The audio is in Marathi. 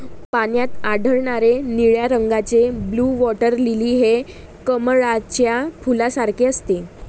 पाण्यात आढळणारे निळ्या रंगाचे ब्लू वॉटर लिली हे कमळाच्या फुलासारखे असते